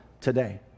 today